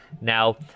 Now